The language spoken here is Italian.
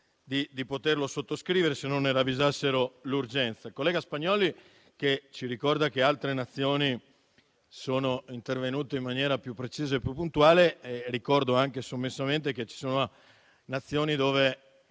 di sottoscriverlo se non ne avessero ravvisato l'urgenza. Il collega Spagnolli ci ricorda che altre Nazioni sono intervenute in maniera più precisa e più puntuale. Ricordo, anche sommessamente, che ci sono Nazioni dove